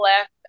left